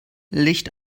licht